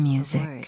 Music